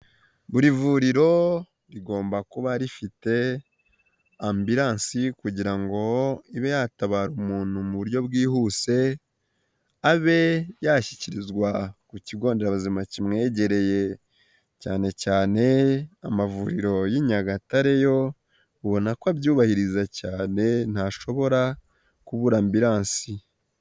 Buri vuriro rigomba kuba rifite ambilansi kugira ngo ibe yatabara umuntu mu buryo bwihuse, abe yashyikirizwa ku kigo nderazima kimwegereye cyane cyane amavuriro y'i Nyagatare yo ubona ko abyubahiriza cyane, ntashobora kubura ambilansi.